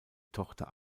tochter